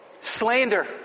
Slander